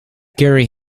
gary